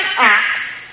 acts